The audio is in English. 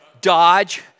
Dodge